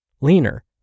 leaner